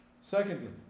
secondly